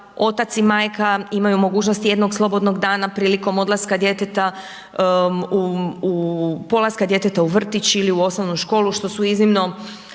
otac i majka imaju mogućnosti jednog slobodnog dana prilikom odlaska djeteta u, u, polaska djeteta u vrtić ili u osnovnu školu, što su iznimno